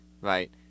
right